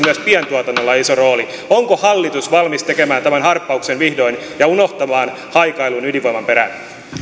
myös pientuotannolla iso rooli onko hallitus valmis tekemään tämän harppauksen vihdoin ja unohtamaan haikailun ydinvoiman perään